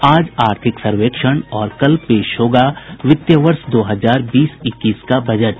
आज आर्थिक सर्वेक्षण और कल पेश होगा वित्तीय वर्ष दो हजार बीस इक्कीस का बजट